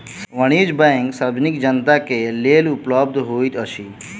वाणिज्य बैंक सार्वजनिक जनता के लेल उपलब्ध होइत अछि